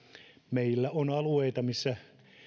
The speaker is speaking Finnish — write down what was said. meillä on alueita missä